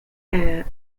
heir